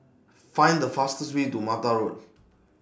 Find The fastest Way to Mata Road